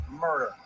murder